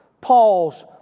Paul's